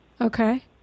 Okay